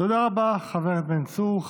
תודה רבה, חבר הכנסת בן צור.